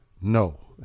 no